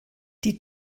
die